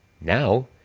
Now